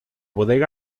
bodega